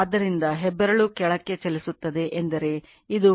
ಆದ್ದರಿಂದ ಹೆಬ್ಬೆರಳು ಕೆಳಕ್ಕೆ ಚಲಿಸುತ್ತದೆ ಎಂದರೆ ಇದು ಫ್ಲಕ್ಸ್ ಲೈನ್